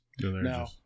Now